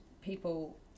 people